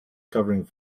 covering